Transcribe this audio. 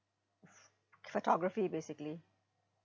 photography basically